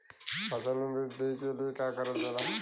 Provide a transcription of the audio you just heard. फसल मे वृद्धि के लिए का करल जाला?